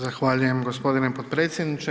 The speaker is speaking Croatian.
Zahvaljujem gospodine potpredsjedniče.